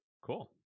cool